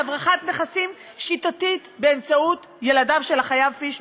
על הברחת נכסים שיטתית באמצעות ילדיו של החייב פישמן.